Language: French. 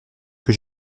que